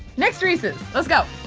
next reese's, lets go.